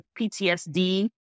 PTSD